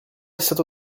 stato